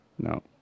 No